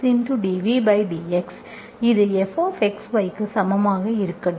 இது fxy க்கு சமமாக இருக்கட்டும்